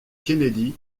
kennedy